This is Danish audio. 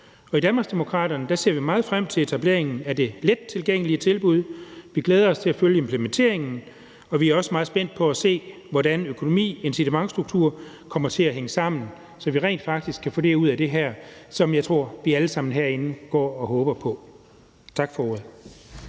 I Danmarksdemokraterne ser vi meget frem til etableringen af det lettilgængelige tilbud. Vi glæder os til at følge implementeringen, og vi er også meget spændt på at se, hvordan økonomi og incitamentsstruktur kommer til at hænge sammen, så vi rent faktisk kan få det ud af det her, som jeg tror vi alle sammen herinde går og håber på. Tak for ordet.